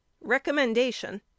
Recommendation